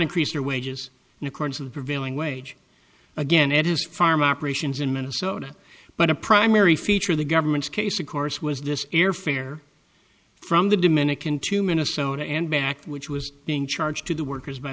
increase their wages in accordance with the prevailing wage again it is farm operations in minnesota but a primary feature of the government's case of course was this airfare from the dominican to minnesota and back which was being charged to the workers by